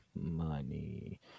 Money